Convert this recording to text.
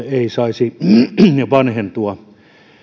saisi vanhentua